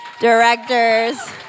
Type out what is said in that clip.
directors